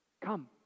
Come